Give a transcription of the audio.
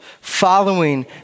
following